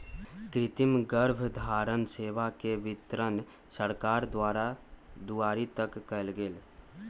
कृतिम गर्भधारण सेवा के वितरण सरकार द्वारा दुआरी तक कएल गेल